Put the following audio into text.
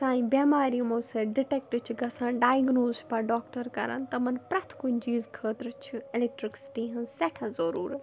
سانہِ بٮ۪مارِ یِمو سۭتۍ ڈِٹٮ۪کٹ چھِ گَژھان ڈایگنوز چھِ پتہٕ ڈاکٹر کَران تِمن پرٛٮ۪تھ کُنہِ چیٖزٕ خٲطرٕ چھِ اٮ۪لیٹِرٛکسٹی ہٕنٛز سٮ۪ٹھاہ ضٔروٗرتھ